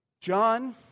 John